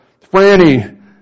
Franny